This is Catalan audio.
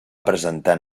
presentar